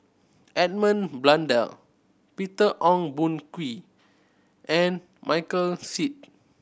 Edmund Blundell Peter Ong Boon Kwee and Michael Seet